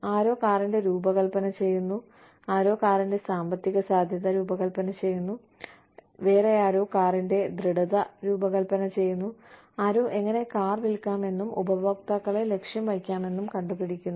ആരോ കാറിന്റെ രൂപകല്പന ചെയ്യുന്നു ആരോ കാറിന്റെ സാമ്പത്തിക സാധ്യത രൂപകല്പന ചെയ്യുന്നു ആരോ കാറിന്റെ ദൃഢത രൂപകൽപ്പന ചെയ്യുന്നു ആരോ എങ്ങനെ കാർ വിൽക്കാമെന്നും ഉപഭോക്താക്കളെ ലക്ഷ്യം വയ്ക്കാമെന്നും കണ്ടുപിടിക്കുന്നു